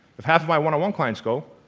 if half of my one-on-one clients go,